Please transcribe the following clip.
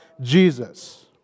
Jesus